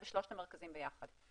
בשלושת המרכזים ביחד.